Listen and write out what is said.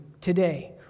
today